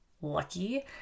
lucky